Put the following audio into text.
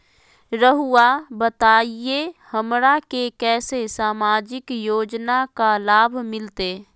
रहुआ बताइए हमरा के कैसे सामाजिक योजना का लाभ मिलते?